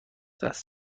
دست